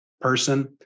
person